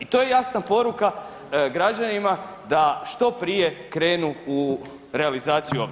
I to je jasna poruka građanima da što prije krenu u realizaciju obnove.